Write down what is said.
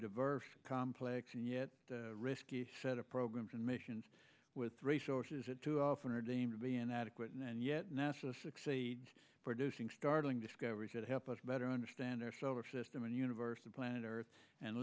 diverse complex and yet risky set of programs and missions with resources it too often are deemed to be inadequate and yet nasa succeeds producing startling discovery could help us better understand our solar system and universe and planet earth and